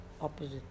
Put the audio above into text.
opposite